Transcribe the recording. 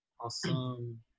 Awesome